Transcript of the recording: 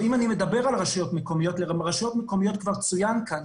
אם אני מדבר על רשויות מקומיות כבר צוין כאן